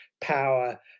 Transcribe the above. power